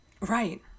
Right